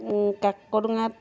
কাকদোঙাত